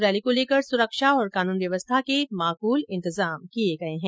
rally को लेकर सुरक्षा और कानून व्यवस्था के माकूल इंतजाम किए गए हैं